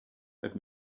that